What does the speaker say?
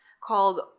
called